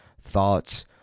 thoughts